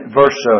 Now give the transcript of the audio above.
verse